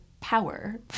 Power